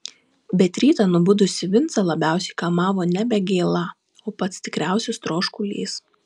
bet rytą nubudusį vincą labiausiai kamavo nebe gėla o pats tikriausias troškulys